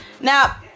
Now